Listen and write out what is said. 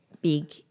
big